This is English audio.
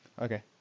Okay